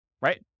right